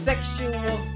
Sexual